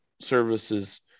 services